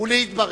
ולהתברך.